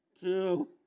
two